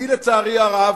אני, לצערי הרב,